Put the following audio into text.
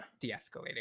de-escalating